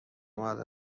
قادر